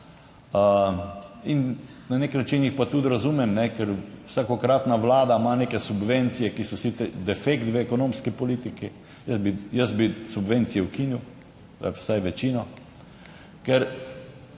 In na nek način jih pa tudi razumem, ker vsakokratna vlada ima neke subvencije, ki so sicer defekt v ekonomski politiki. Jaz bi subvencije ukinil, vsaj večino, ker